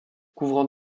couvrant